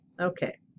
Okay